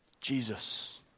Jesus